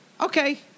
Okay